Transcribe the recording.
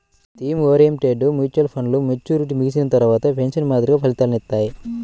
theme oriented mutual ఫండ్లు maturity ముగిసిన తర్వాత పెన్షన్ మాదిరిగా ఫలితాలనిత్తాయి